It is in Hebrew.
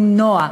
למנוע.